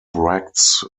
bracts